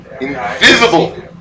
Invisible